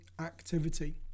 activity